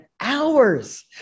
hours